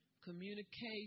communication